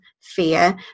fear